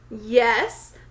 Yes